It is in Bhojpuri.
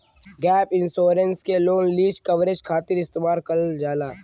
गैप इंश्योरेंस के लोन लीज कवरेज खातिर इस्तेमाल करल जाला